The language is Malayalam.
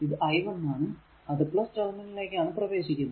ഇത് i1 ആണ് അത് ടെര്മിനലിലേക്കാണ് പ്രവേശിക്കുന്നത്